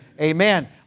Amen